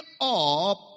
up